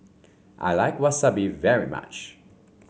I like Wasabi very much